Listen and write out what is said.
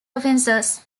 offenses